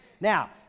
Now